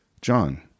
John